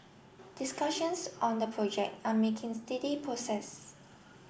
discussions on the project are making steady process